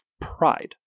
pride